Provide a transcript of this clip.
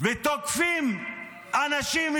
תוקפים אנשים,